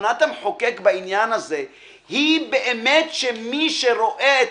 כוונת המחוקק בעניין הזה היא באמת שמי שרואה את